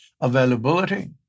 availability